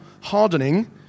hardening